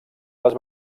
les